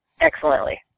excellently